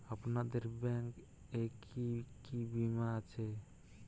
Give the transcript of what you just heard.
আপনাদের ব্যাংক এ কি কি বীমা আছে?